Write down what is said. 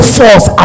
force